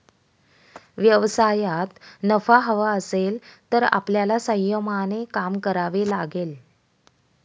व्यवसायात नफा हवा असेल तर आपल्याला संयमाने काम करावे लागेल